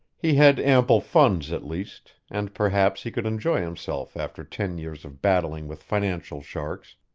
he had ample funds, at least, and perhaps he could enjoy himself after ten years of battling with financial sharks,